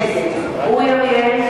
נגד אורי אריאל,